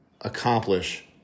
accomplish